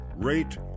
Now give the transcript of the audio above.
Rate